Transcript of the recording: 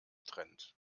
trend